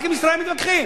רק עם ישראל מתווכחים.